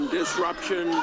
disruption